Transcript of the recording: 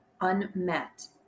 unmet